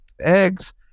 eggs